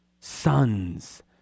sons